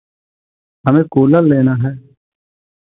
हमे कूलर लेना है